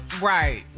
Right